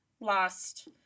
lost